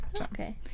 okay